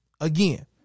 again